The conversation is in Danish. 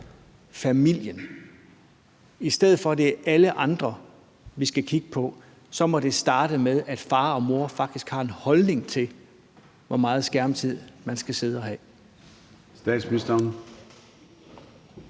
familien; i stedet for at det er alle andre, vi skal kigge på, så må det starte med, at far og mor faktisk har en holdning til, hvor meget skærmtid man skal sidde og have.